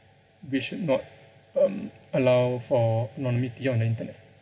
we should not um allow for anonymity on the internet